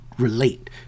Relate